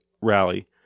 rally